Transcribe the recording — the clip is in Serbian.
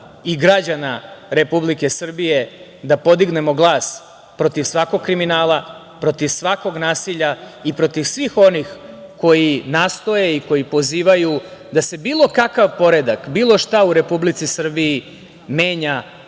i građana Republike Srbije, da podignemo glas protiv svakog kriminala, protiv svakog nasilja i protiv svih onih koji nastoje i koji pozivaju da se bilo kakav poredak, bilo šta u Republici Srbiji menja